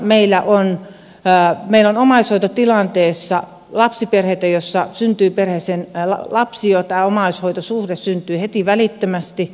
meillä on omaishoitotilanteessa lapsiperheitä joissa perheeseen syntyy lapsi ja tämä omaishoitosuhde syntyy heti välittömästi